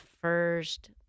first